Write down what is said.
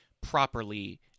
properly